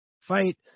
fight